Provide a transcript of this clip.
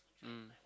mm